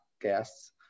guests